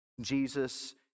Jesus